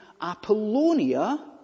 Apollonia